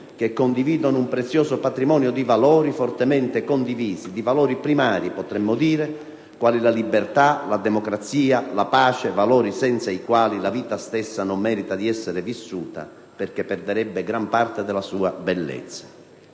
che condividono un prezioso patrimonio di valori fortemente condivisi - di valori primari, potremmo dire -, quali la libertà, la democrazia e la pace: valori senza i quali la vita stessa non merita di essere vissuta, perché perderebbe gran parte della sua bellezza.